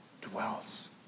dwells